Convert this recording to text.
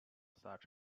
such